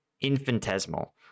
infinitesimal